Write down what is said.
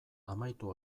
amaitu